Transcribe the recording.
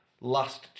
last